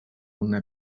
una